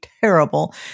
terrible